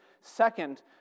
second